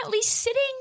sitting